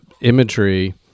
imagery